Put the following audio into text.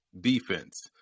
defense